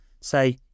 say